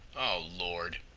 oh lord!